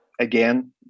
again